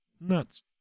Nuts